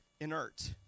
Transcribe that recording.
inert